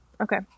Okay